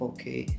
Okay